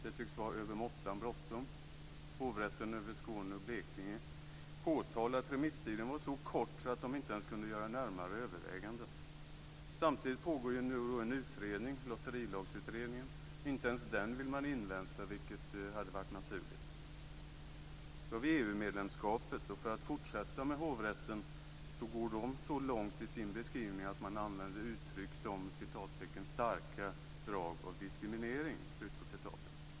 Det tycks vara över måttan bråttom. Hovrätten över Skåne och Blekinge påtalar att remisstiden var så kort att man inte ens kunde göra närmare överväganden. Samtidigt pågår nu en utredning, Lotterilagsutredningen. Inte ens den vill man invänta, vilket hade varit naturligt. Sedan har vi EU-medlemskapet. Hovrätten går så långt i sin beskrivning att man använder ett uttryck som "starka drag av diskriminering".